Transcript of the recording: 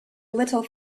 little